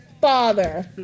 father